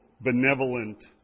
benevolent